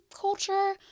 culture